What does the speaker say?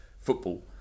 football